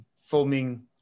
filming